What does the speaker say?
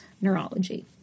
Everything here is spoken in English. neurology